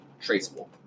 traceable